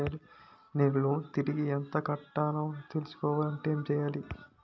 నేను లోన్ తిరిగి ఎంత కట్టానో తెలుసుకోవాలి అంటే ఎలా?